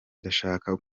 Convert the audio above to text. ndashaka